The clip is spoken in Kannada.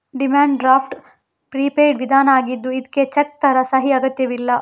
ಡಿಮ್ಯಾಂಡ್ ಡ್ರಾಫ್ಟ್ ಪ್ರಿಪೇಯ್ಡ್ ವಿಧಾನ ಆಗಿದ್ದು ಇದ್ಕೆ ಚೆಕ್ ತರ ಸಹಿ ಅಗತ್ಯವಿಲ್ಲ